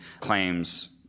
claims